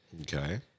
okay